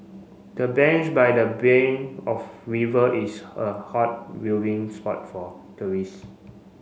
the bench by the bank of river is a hot viewing spot for tourists